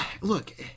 Look